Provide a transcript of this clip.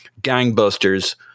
gangbusters